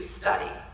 study